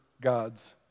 God's